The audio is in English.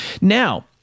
now